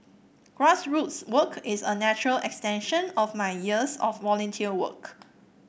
grassroots work is a natural extension of my years of volunteer work